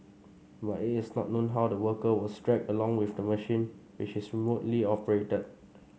but it is not known how the worker was dragged along with the machine which is remotely operated